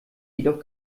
jedoch